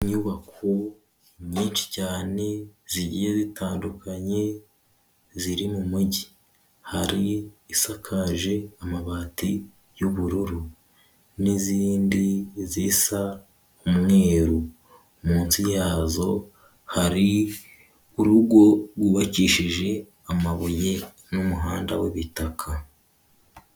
Inyubako nyinshi cyane zigiye zitandukanye ziri mu mujyi, hari isakaje amabati y'ubururu n'izindi zisa umweru, munsi yazo hari urugo rwubakishije amabuye n'umuhanda w'ibitaka.